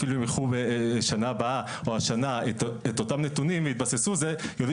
אפילו אם ילכו ושנה הבאה או השנה את אותם נתונים ויתבססו זה יוריד